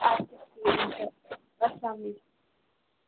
اَدٕ کیٛاہ ٹھیٖک چھُ اسلام علیکُم